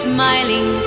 Smiling